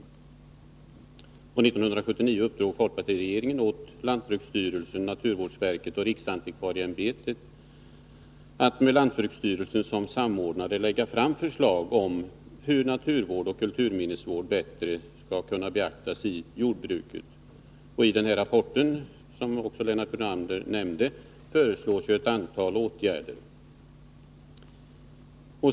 1979 uppdrog också folkpartiregeringen åt lantbruksstyrelsen, naturvårdsverket och riksantikvarieämbetet att med lantbruksstyrelsen som samordnare lägga fram förslag om hur naturvård och kulturminnesvård bättre skall kunna beaktas i jordbruket. I denna rapport, som också Lennart Brunander nämnde, föreslås ett antal åtgärder.